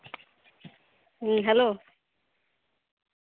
ᱦᱩᱸ ᱦᱮᱞᱳ